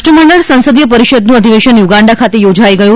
રાષ્ટ્રમંડળ સંસદીય પરિષદનું અધિવેશન યુગાન્ડા ખાતે યોજાઇ ગયું